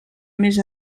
més